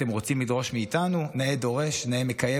אתם רוצים לדרוש מאיתנו, נאה דורש, נאה מקיים.